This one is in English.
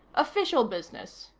official business.